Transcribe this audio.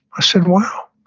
i said, wow.